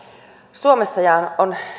suomessa on